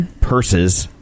purses